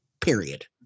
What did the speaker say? period